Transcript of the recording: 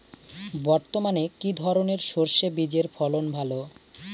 বর্তমানে কি ধরনের সরষে বীজের ফলন ভালো?